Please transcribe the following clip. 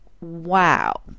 Wow